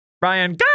Brian